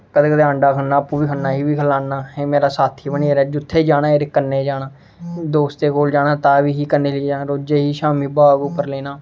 कदें कदें आंडा ख'न्ना आपूं बी ख'न्ना इसी बी खलाना एह् मेरा साथी बनी गेदा ऐ जु'त्थें जाना इ'न्ने मेरे कन्नै जाना दोस्तें कोल जाना तां बी इसी कन्नै लेई जाना रोजै दी शामीं वॉक उप्पर लैना